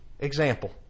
Example